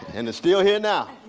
and, it's still here now.